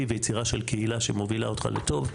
ויצירה של קהילה שמובילה אותך לטוב,